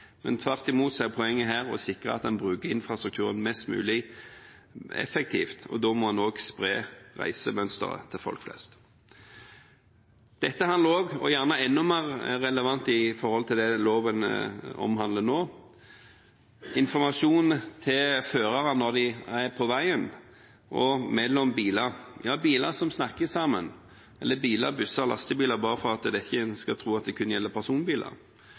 Tvert imot er poenget her å sikre at en bruker infrastrukturen mest mulig effektivt, og da må en også spre reisemønsteret til folk flest. Dette handler også, og det er kanskje enda mer relevant i forhold til det loven omhandler, om informasjon til førere når de er på veien, og mellom biler – ja, biler som snakker sammen – eller biler, busser og lastebiler, bare slik at en ikke skal tro at det kun gjelder personbiler.